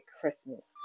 Christmas